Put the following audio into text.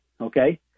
okay